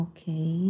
Okay